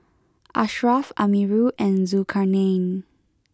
Ashraf Amirul and Zulkarnain